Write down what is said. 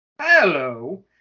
hello